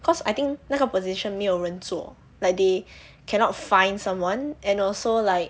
cause I think 那个 position 没有人做 like they cannot find someone and also like